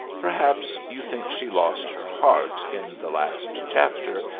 perhaps you think she lost her heart in the last chapter,